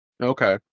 Okay